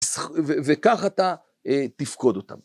(פססך) וכך אתה, אה... תפקוד אותם.